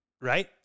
right